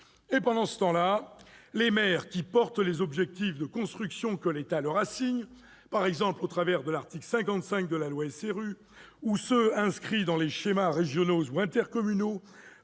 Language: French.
Pendant ce temps, les maires, qui portent les objectifs de construction que l'État leur assigne, par exemple au travers de l'article 55 de la loi SRU, ou ceux inscrits dans les schémas régionaux ou intercommunaux,